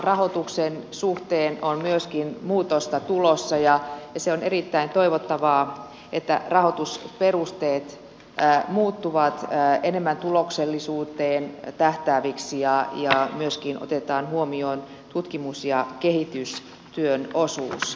rahoituksen suhteen on myöskin muutosta tulossa ja on erittäin toivottavaa että rahoitusperusteet muuttuvat enemmän tuloksellisuuteen tähtääviksi ja myöskin otetaan huomioon tutkimus ja kehitystyön osuus